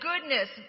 goodness